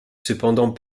cependant